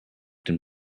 dem